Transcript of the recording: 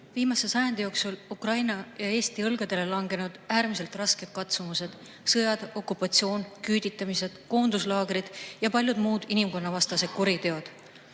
Viimase sajandi jooksul on Ukraina ja Eesti õlgadele langenud äärmiselt rasked katsumused: sõjad, okupatsioon, küüditamised, koonduslaagrid ja paljud muud inimkonnavastased kuriteod.